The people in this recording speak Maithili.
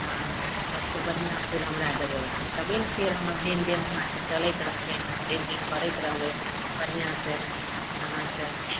हाँ सबसँ बढ़िआँ फूल हमरा देबय अहाँ तबे ने फेर हमर लेनदेन अहाँसँ चलैत रहतय हमर लेनदेन करैत रहबय बढ़िआँसँ अहाँसँ